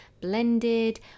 blended